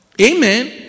Amen